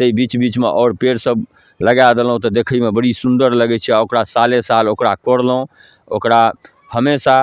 ताहि बीच बीचमे आओर पेड़सब लगा देलहुँ तऽ देखैमे बड़ी सुन्दर लगै छै आओर ओकरा सालेसाल ओकरा कोड़लहुँ ओकरा हमेशा